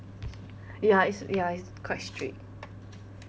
ya it's ya it's quite strict